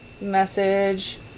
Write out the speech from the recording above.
message